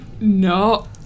No